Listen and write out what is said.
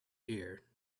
ear